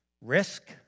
risk